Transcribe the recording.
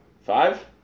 five